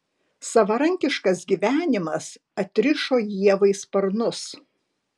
savarankiškas gyvenimas atrišo ievai sparnus